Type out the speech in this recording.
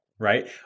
Right